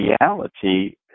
reality